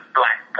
black